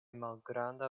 malgranda